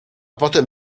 potem